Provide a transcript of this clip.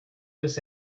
this